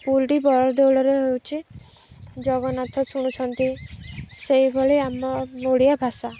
ସ୍କୁଲ୍ଟି ବଡ଼ ଦେଉଳରେ ହେଉଛି ଜଗନ୍ନାଥ ଶୁଣୁଛନ୍ତି ସେଇଭଳି ଆମ ଓଡ଼ିଆ ଭାଷା